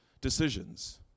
decisions